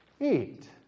eat